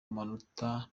amanota